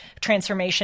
transformation